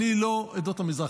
אני לא עדות המזרח,